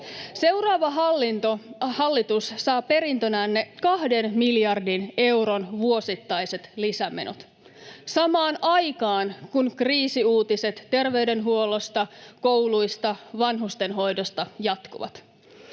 Seuraava hallitus saa perintönänne 2 miljardin euron vuosittaiset lisämenot samaan aikaan, kun kriisiuutiset terveydenhuollosta, kouluista, vanhustenhoidosta jatkuvat.